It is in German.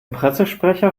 pressesprecher